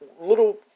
little